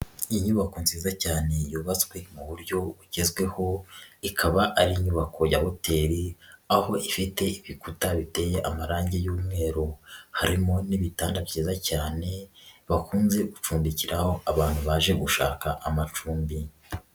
Inyubako nziza cyane yubatswe mu buryo bugezweho, ikaba ari inyubako ya hoteli, aho ifite ibikuta biteye amarangi y'umweru, harimo n'ibitanda byiza cyane, bakunze gucundikiraho abantu baje gushaka amacumbi.